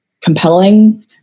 compelling